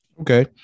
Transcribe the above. okay